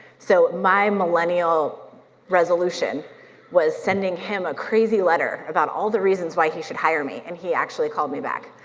so my millennial resolution was sending him a crazy letter about all the reasons why he should hire me and he actually called me back,